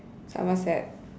somerset